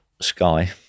Sky